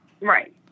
Right